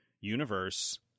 universe